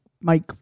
make